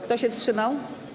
Kto się wstrzymał?